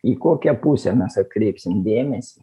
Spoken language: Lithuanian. į kokią pusę mes atkreipsim dėmesį